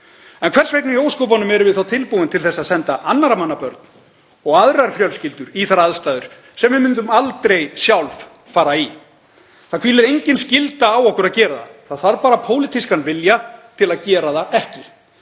En hvers vegna í ósköpunum erum við þá tilbúin til að senda annarra manna börn og aðrar fjölskyldur í þær aðstæður sem við myndum aldrei sjálf fara í? Það hvílir engin skylda á okkur að gera það. Það þarf bara pólitískan vilja til að gera það ekki.